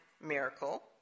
miracle